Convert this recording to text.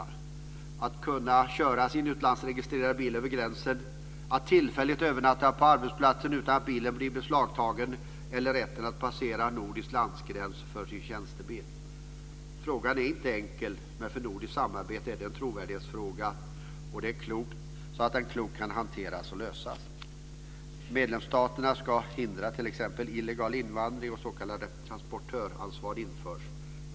Det är viktigt att kunna köra sin utlandsregistrerade bil över gränsen, att tillfälligt övernatta på arbetsplatsen utan att bilen blir beslagtagen eller rätten att passera nordisk landsgräns med sin tjänstebil. Frågan är inte enkel, men för nordiskt samarbete är det en trovärdighetsfråga att den klokt kan hanteras och lösas. Medlemsstaterna ska hindra t.ex. illegal invandring, och s.k. transportöransvar införs.